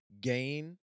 gain